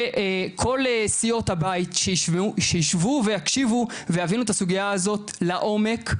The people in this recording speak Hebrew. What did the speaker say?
וכל סיעות הבית שישבו ויקשיבו ויבינו את הסוגייה הזאת לעומק,